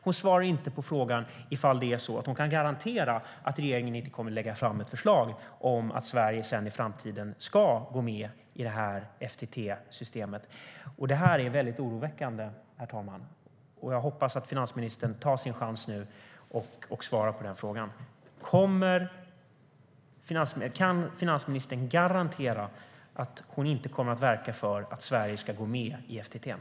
Hon svarar inte på frågan om ifall hon kan garantera att regeringen inte kommer att lägga fram ett förslag om att Sverige i framtiden ska gå med i FTT-systemet. Herr talman! Det här är oroväckande. Jag hoppas att finansministern nu tar chansen och svarar på frågan. Kan finansministern garantera att hon inte kommer att verka för att Sverige ska gå med i FTT:n?